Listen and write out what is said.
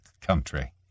country